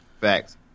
Facts